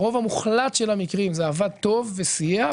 ברוב המוחלט של המקרים זה עבד טוב וסייע,